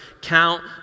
Count